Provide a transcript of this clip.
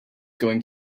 going